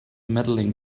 medaling